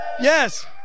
yes